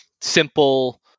simple